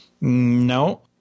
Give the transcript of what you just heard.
No